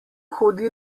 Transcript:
hodi